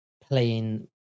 playing